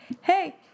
Hey